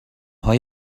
های